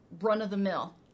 run-of-the-mill